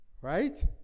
Right